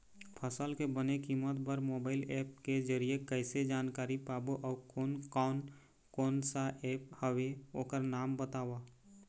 फसल के बने कीमत बर मोबाइल ऐप के जरिए कैसे जानकारी पाबो अउ कोन कौन कोन सा ऐप हवे ओकर नाम बताव?